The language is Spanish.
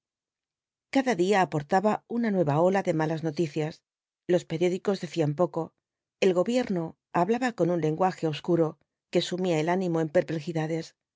cada día aportaba una ola nueva de malas noticias los periódicos decían poco el gobierno hablaba con un lenguaje obscuro que sumía el ánimo en perplejidades